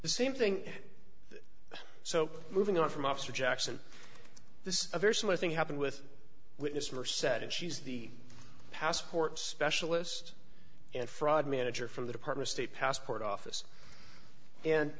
the same thing so moving on from officer jackson this is a very similar thing happened with witness were set and she's the passport specialist and fraud manager from the department state passport office and